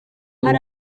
hari